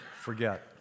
forget